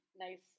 nice